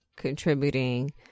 contributing